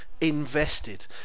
invested